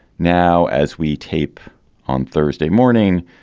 now, as we tape on thursday morning,